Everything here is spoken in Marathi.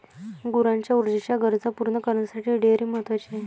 गुरांच्या ऊर्जेच्या गरजा पूर्ण करण्यासाठी डेअरी महत्वाची आहे